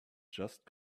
just